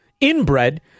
inbred